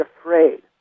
afraid